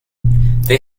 they